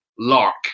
Lark